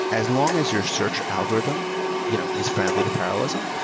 as long as your search algorithm you know is friendly to parallelism,